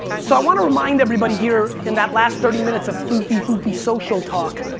so i want to remind everybody here in that last thirty minutes of phoofy-phoofy social talk,